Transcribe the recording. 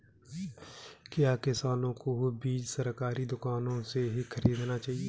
क्या किसानों को बीज सरकारी दुकानों से खरीदना चाहिए?